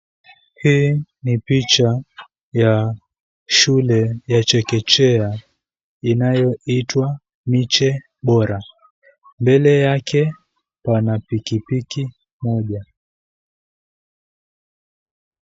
Hii ni picha ya shule ya chekechea inayoitwa Miche Bora. Mbele yake pana pikipiki moja.